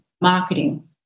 marketing